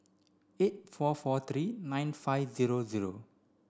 eight four four three nine five zero zero